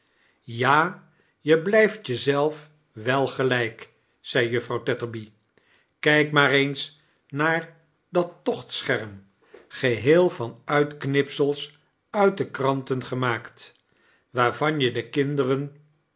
ja je blijft je zelf wel gelijk zei juffrouw tetterby kijk maar eens naar dat tochtscherm geheel van uitknipsels uit de kranten gemaakt waarvan je de kinderen